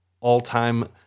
all-time